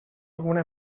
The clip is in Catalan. alguna